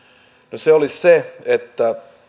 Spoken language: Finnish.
no se oli se että